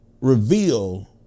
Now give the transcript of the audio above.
reveal